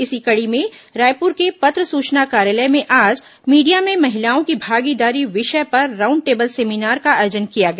इसी कड़ी में रायपुर के पत्र सूचना कार्यालय में आज मीडिया में महिलाओं की भागीदारी विषय पर राउंड टेबल सेमीनार का आयोजन किया गया